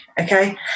okay